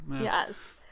Yes